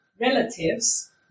relatives